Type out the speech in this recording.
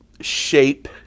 shape